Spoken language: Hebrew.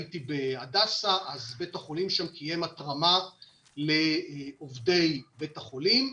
הייתי בהדסה אז בית החולים שם קיים התרמה לעובדי בית החולים.